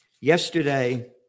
yesterday